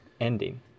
ending